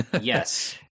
Yes